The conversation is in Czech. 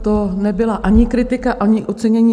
To nebyla ani kritika, ani ocenění.